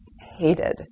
hated